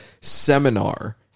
seminar